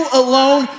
alone